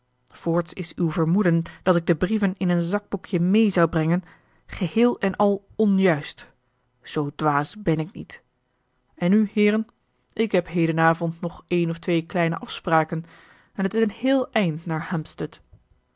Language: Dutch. voorts is uw vermoeden dat ik de brieven in een zakboekje mee zou brengen geheel en al onjuist zoo dwaas ben ik niet en nu heeren ik heb heden avond nog een of twee kleine afspraken en het is een heel eind naar